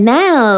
now